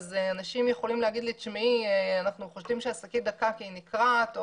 אנשים יכולים להגיד לי אנחנו חושדים שהשקית דקה כי היא נקרעת,